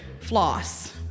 floss